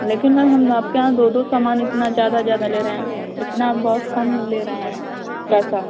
लेकिन मैम हम आपके यहाँ दो दो सामान इतना ज़्यादा ज़्यादा ले रहे हैं इतना बहुत कम ले रहे हैं पैसा